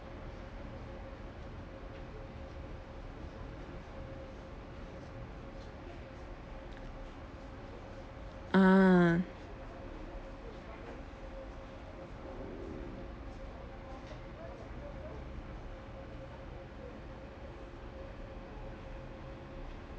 ah